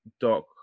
doc